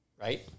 Right